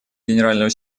генерального